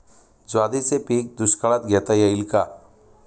ज्वारीचे पीक दुष्काळात घेता येईल का?